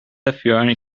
everyone